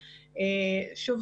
שוב,